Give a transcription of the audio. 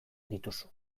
dituzu